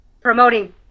promoting